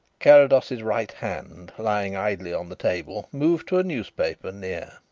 carrados's right hand, lying idly on the table, moved to a newspaper near.